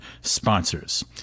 sponsors